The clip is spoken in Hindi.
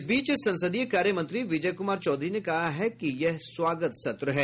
इस बीच संसदीय कार्य मंत्री विजय कुमार चौधरी ने कहा है कि यह स्वागत सत्र है